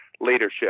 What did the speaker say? leadership